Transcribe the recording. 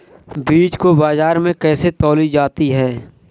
बीज को बाजार में कैसे तौली जाती है?